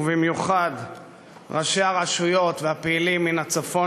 ובמיוחד ראשי הרשויות והפעילים מן הצפון